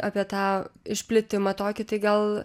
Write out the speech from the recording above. apie tą išplitimą tokį tai gal